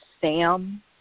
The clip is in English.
Sam